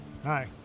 Hi